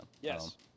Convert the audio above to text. Yes